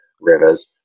Rivers